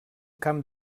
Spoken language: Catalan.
camp